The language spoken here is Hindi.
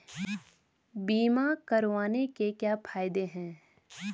बीमा करवाने के क्या फायदे हैं?